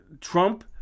Trump